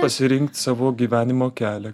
pasirinkt savo gyvenimo kelią